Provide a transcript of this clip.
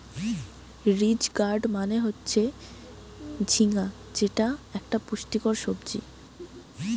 ridge gourd মানে হচ্ছে ঝিঙ্গা যেটা একটা পুষ্টিকর সবজি